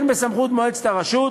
כן בסמכות מועצת הרשות